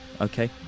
Okay